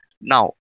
Now